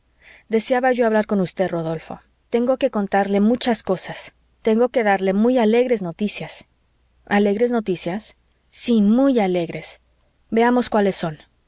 deseaba yo hablar con usted rodolfo tengo que contarle muchas cosas tengo que darle muy alegres noticias alegres noticias sí muy alegres veamos cuáles son